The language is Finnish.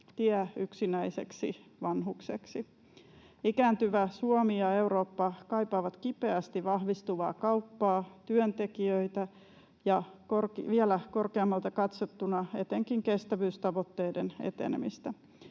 tie yksinäiseksi vanhukseksi. Ikääntyvä Suomi ja Eurooppa kaipaavat kipeästi vahvistuvaa kauppaa, työntekijöitä ja vielä korkeammalta katsottuna etenkin kestävyystavoitteiden etenemistä.